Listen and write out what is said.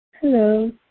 Hello